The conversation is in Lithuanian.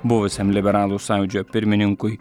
buvusiam liberalų sąjūdžio pirmininkui